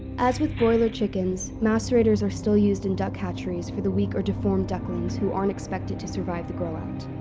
as with broiler chickens, macerators are still used in duck hatcheries for the weak or deformed ducklings who aren't expected to survive the grow-out.